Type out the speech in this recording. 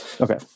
Okay